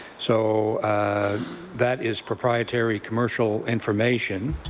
so that is proprietary commercial information,